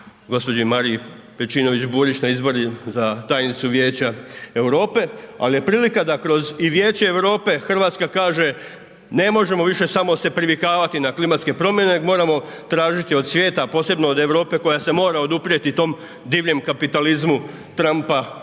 gđi Mariji Pejčinović Burić na izborima za tajnicu Vijeća Europe ali je prilika da kroz i Vijeće Europe, Hrvatska kaže ne možemo više samo se privikavati na klimatske promjene nego moramo tražiti od svijeta, posebno od Europe koja se mora oduprijeti tom divljem kapitalizmu Trumpa,